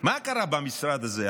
מה קרה במשרד הזה?